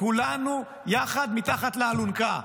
כולנו יחד תחת האלונקה,